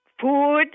food